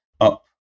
up